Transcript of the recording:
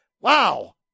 Wow